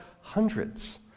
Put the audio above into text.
hundreds